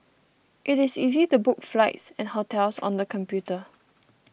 it is easy to book flights and hotels on the computer